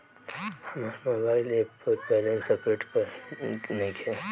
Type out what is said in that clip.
हमार mobile app पर balance update नइखे